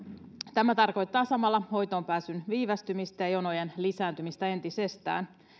tämä tarkoittaa samalla hoitoonpääsyn viivästymistä ja jonojen lisääntymistä entisestään